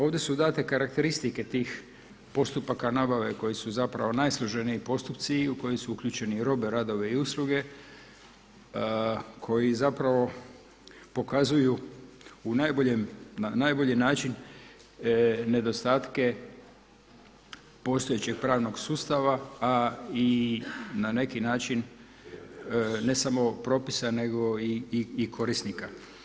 Ovdje su date karakteristike tih postupaka nabave koji su najsloženiji postupci i u koji su uključeni robe, radove i usluge koji pokazuju na najbolji način nedostatke postojećeg pravnog sustava, a i na neki način ne samo i propisa nego i korisnika.